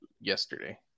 yesterday